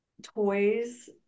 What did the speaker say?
toys